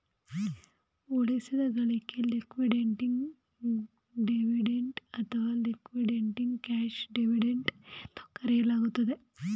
ಉಳಿಸಿದ ಗಳಿಕೆ liquidating dividend ಅಥವಾ ಲಿಕ್ವಿಡೇಟಿಂಗ್ ಕ್ಯಾಶ್ ಡಿವಿಡೆಂಡ್ ಎಂದು ಕರೆಯಲಾಗುತ್ತೆ